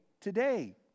today